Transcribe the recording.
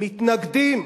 מתנגדים,